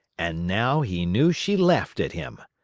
and now he knew she laughed at him.